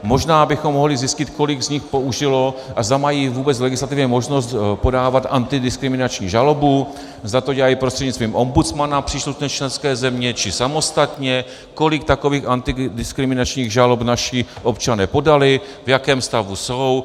Možná bychom mohli zjistit, kolik z nich použilo a zda mají vůbec legislativně možnost podávat antidiskriminační žalobu, zda to dělají prostřednictvím ombudsmana příslušné členské země, či samostatně, kolik takových antidiskriminačních žalob naši občané podali, v jakém stavu jsou.